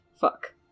Fuck